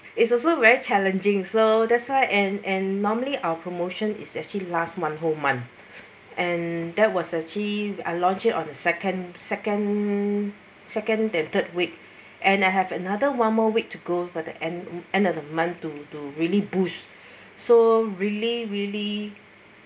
it's also very challenging so that's why and and normally our promotion is actually last month whole month and that was actually a launching on the second second second that third week and I have another one more week to go for the end end of the month to to really boost so really really